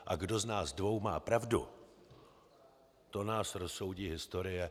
A kdo z nás dvou má pravdu, to nás rozsoudí historie.